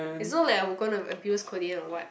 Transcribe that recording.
is not like I will going to abuse Collin or what